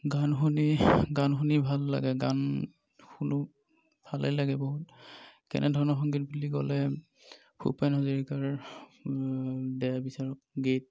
গান শুনি গান শুনি ভাল লাগে গান শুনো ভালেই লাগে বহুত কেনে ধৰণৰ সংগীত বুলি ক'লে ভূপেন হাজৰিকাৰ দেহ বিচাৰক গীত